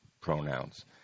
pronouns